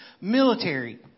Military